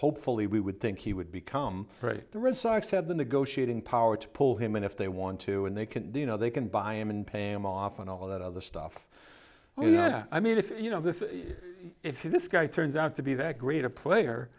hopefully we would think he would become the red sox have the negotiating power to pull him in if they want to and they can you know they can buy him and pay him off and all that other stuff you know i mean if you know if this guy turns out to be that great a player